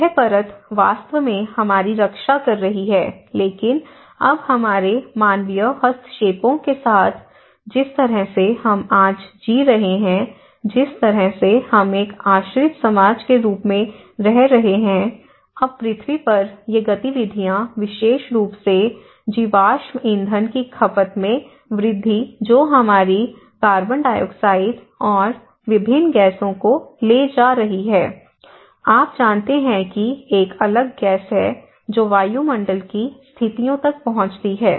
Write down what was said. यह परत वास्तव में हमारी रक्षा कर रही है लेकिन अब हमारे मानवीय हस्तक्षेपों के साथ जिस तरह से हम आज जी रहे हैं जिस तरह से हम एक आश्रित समाज के रूप में रह रहे हैं अब पृथ्वी पर ये गतिविधियां विशेष रूप से जीवाश्म ईंधन की खपत में वृद्धि जो हमारी CO2 और विभिन्न गैसों को ले जा रही है आप जानते हैं कि एक अलग गैस है जो वायुमंडल की स्थितियों तक पहुंचती है